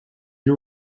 you